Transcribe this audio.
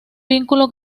vínculo